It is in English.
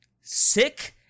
sick